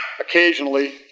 occasionally